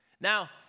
Now